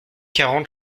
quarante